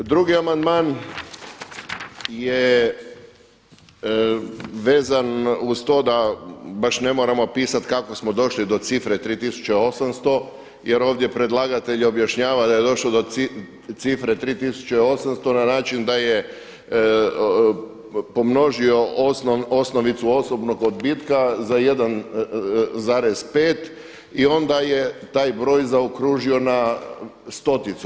Drugi amandman je vezan uz to da baš ne moramo pisati kako smo došli do cifre 3.800 jer ovdje predlagatelj objašnjava da je došlo do cifre 3.800 na način da je pomnožio osnovicu osobnog odbitka za 1,5 i onda je taj broj zaokružio na stoticu.